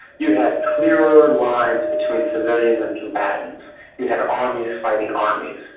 you had clearer lines between civilian and combatants you had armies fighting armies.